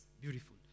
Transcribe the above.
Beautiful